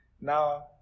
Now